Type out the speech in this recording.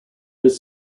his